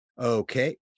Okay